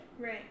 Right